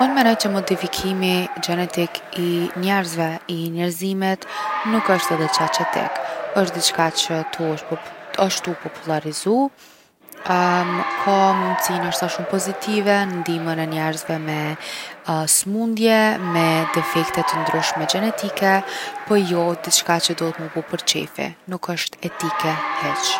Unë menoj që modifikimi gjenetik i njerzve, i njerëzimit, nuk osht edhe qaq etik. Osht diçka qe tu os- osht tu u popullarizu ka mundsi nashta shumë pozitive n’ndihmën e njerzve me smundje, me defekte t’ndryshme gjenetike po jo diçka që duhet mu bo për qefi. Nuk osht etike hiq.